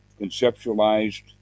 conceptualized